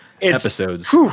episodes